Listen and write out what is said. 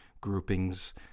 groupings